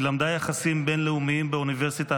היא למדה יחסים בין-לאומיים באוניברסיטה